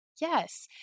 Yes